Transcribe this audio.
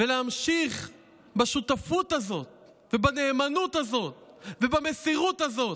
ולהמשיך בשותפות הזאת ובנאמנות הזאת ובמסירות הזאת,